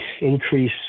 increase